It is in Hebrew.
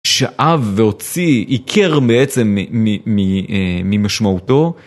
שאב והוציא, עיקר עצם ממשמעותו.